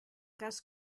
cas